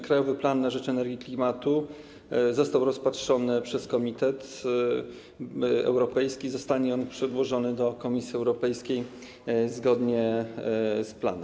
Krajowy plan na rzecz energii i klimatu został rozpatrzony przez komitet europejski i zostanie on przedłożony Komisji Europejskiej zgodnie z planem.